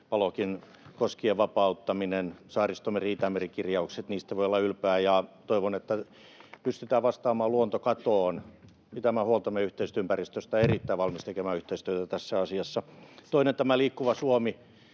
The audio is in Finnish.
Palokin koskien vapauttaminen, Saaristomeri‑, Itämeri-kirjaukset — niistä voi olla ylpeä. Toivon, että pystytään vastaamaan luontokatoon, pitämään huolta meidän yhteisestä ympäristöstämme, ja olen erittäin valmis tekemään yhteistyötä tässä asiassa. Toinen on tämä Liikkuva Suomi.